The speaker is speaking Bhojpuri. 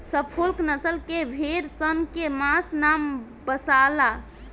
सफोल्क नसल के भेड़ सन के मांस ना बासाला